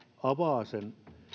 avaa sen